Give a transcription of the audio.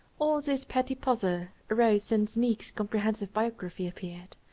all this petty pother arose since niecks' comprehensive biography appeared.